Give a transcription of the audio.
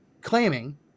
claiming